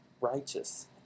righteous